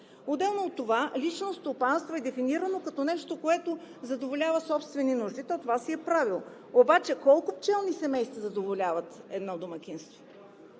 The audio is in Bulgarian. Отделно от това „лично стопанство“ е дефинирано като нещо, което задоволява собствени нужди, това си е правилно. Обаче колко пчелни семейства задоволяват едно домакинство?